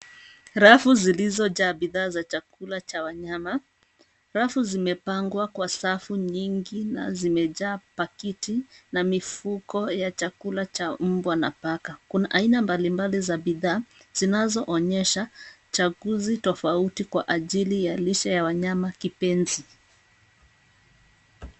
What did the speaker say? Rafu zilizojaa bidhaa za chakula cha wanyama. Rafu zimepangwa kwa safu nyingi na zimejaa pakiti na mifuko ya chakula cha mbwa na paka. Kuna aina mbalimbali za bidhaa zinazoonyesha chaguzi tofauti kwa ajili ya lishe ya wanyama kipenzi.